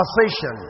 conversation